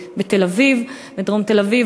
היינו בדרום תל-אביב,